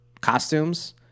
costumes